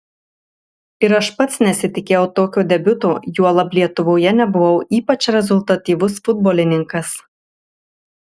ir aš pats nesitikėjau tokio debiuto juolab lietuvoje nebuvau ypač rezultatyvus futbolininkas